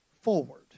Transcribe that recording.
forward